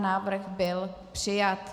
Návrh byl přijat.